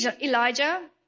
Elijah